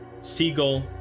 Siegel